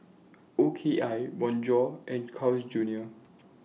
O K I Bonjour and Carl's Junior